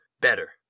Better